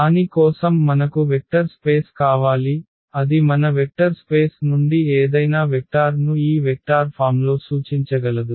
దాని కోసం మనకు వెక్టర్ స్పేస్ కావాలి అది మన వెక్టర్ స్పేస్ నుండి ఏదైనా వెక్టార్ను ఈ వెక్టార్ ఫామ్లో సూచించగలదు